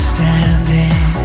Standing